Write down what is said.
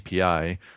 API